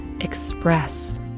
express